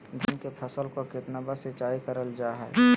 धान की फ़सल को कितना बार सिंचाई करल जा हाय?